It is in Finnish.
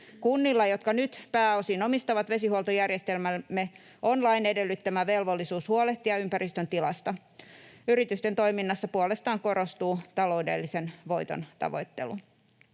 Kunnilla, jotka nyt pääosin omistavat vesihuoltojärjestelmämme, on lain edellyttämä velvollisuus huolehtia ympäristön tilasta. Yritysten toiminnassa puolestaan korostuu taloudellisen voiton tavoittelu.